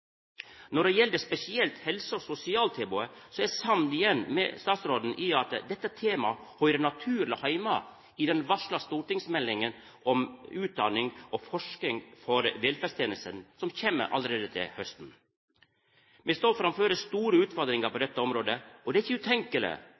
Når det gjeld spesielt helse- og sosialtilbodet, er eg igjen samd med statsråden i at dette temaet høyrer naturleg heime i den varsla stortingsmeldinga om utdanning og forsking for velferdstenestene som kjem allereie til hausten. Me står framfor store utfordringar på